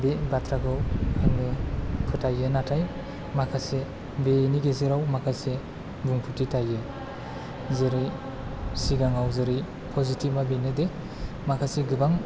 बे बाथ्राखौ आङो फोथायो नाथाय माखासे बेनि गेजेराव माखासे बुंफोरथि थायो जेरै सिगाङाव जेरै पजिटिभ आ बेनोदि माखासे गोबां